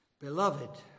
Beloved